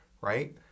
right